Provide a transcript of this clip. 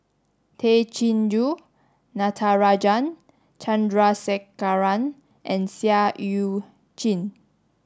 Tay Chin Joo Natarajan Chandrasekaran and Seah Eu Chin